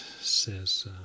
says